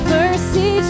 mercy